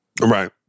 Right